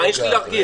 מה יש לי להרגיע?